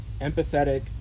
empathetic